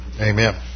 Amen